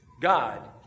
God